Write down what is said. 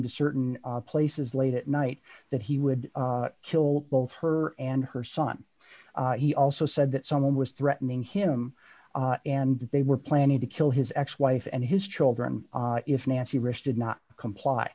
to certain places late at night that he would kill both her and her son he also said that someone was threatening him and that they were planning to kill his ex wife and his children if nancy rich did not comply